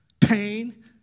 pain